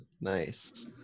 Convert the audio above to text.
nice